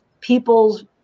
people's